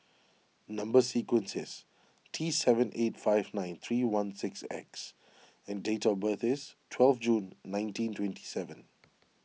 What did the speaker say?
Number Sequence is T seven eight five nine three one six X and date of birth is twelve June nineteen twenty seven